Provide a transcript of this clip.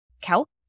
kelp